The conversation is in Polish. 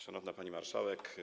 Szanowna Pani Marszałek!